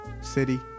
city